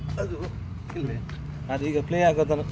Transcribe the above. ಅದು ಇಲ್ಲೆ ಅದೀಗ ಪ್ಲೇ ಆಗೋದನ್ನ